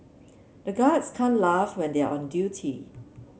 the guards can't laugh when they are on duty